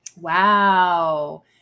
Wow